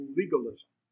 legalism